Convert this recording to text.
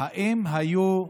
האם היו,